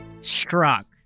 struck